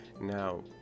Now